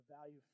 value